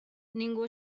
ningú